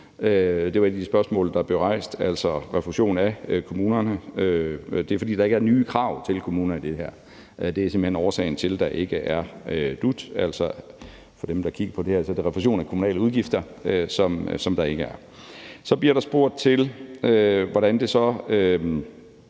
det var et af de spørgsmål, der blev stillet – altså refusion af kommunerne. Det er der ikke, fordi der ikke er nye krav til kommunerne i det her; det er simpelt hen årsagen til, at der ikke er dut. For dem, der kigger med, betyder det, at der ikke er refusion af kommunale udgifter. Kl. 13:24 Så bliver der spurgt til, hvordan det i